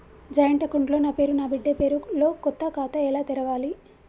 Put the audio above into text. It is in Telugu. జాయింట్ అకౌంట్ లో నా పేరు నా బిడ్డే పేరు తో కొత్త ఖాతా ఎలా తెరవాలి?